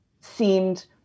seemed